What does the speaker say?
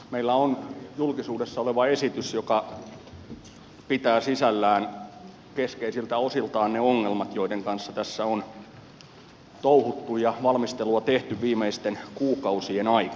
meillä on julkisuudessa oleva esitys joka pitää sisällään keskeisiltä osiltaan ne ongelmat joiden kanssa tässä on touhuttu ja valmistelua tehty viimeisten kuukausien aikana